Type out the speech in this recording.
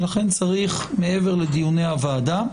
לכן צריך, מעבר לדיוני הוועדה,